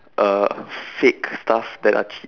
uh fake stuff that are cheap